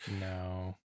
No